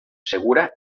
segura